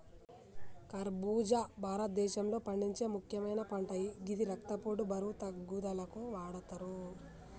ఖర్బుజా భారతదేశంలో పండించే ముక్యమైన పంట గిది రక్తపోటు, బరువు తగ్గుదలకు వాడతరు